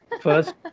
First